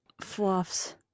fluffs